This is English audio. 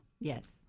Yes